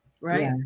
right